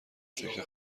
فکر